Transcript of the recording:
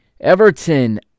Everton